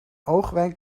oogwenk